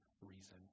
reason